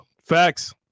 Facts